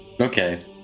Okay